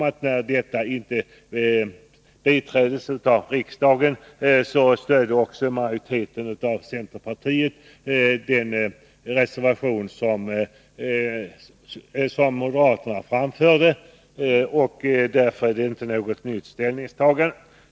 När detta inte bifölls av riksdagen så stödde också majoriteten av centerpartiet moderaternas reservation. Därför är det inte något nytt ställningstagande.